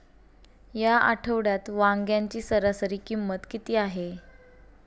या आठवड्यात वांग्याची सरासरी किंमत किती आहे?